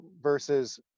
versus